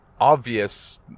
obvious